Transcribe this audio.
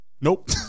Nope